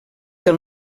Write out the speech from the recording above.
del